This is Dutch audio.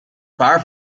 paar